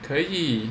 可以